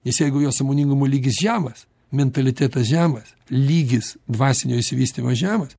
nes jeigu jo sąmoningumo lygis žemas mentalitetas žemas lygis dvasinio išsivystymo žemas